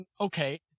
okay